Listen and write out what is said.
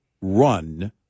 run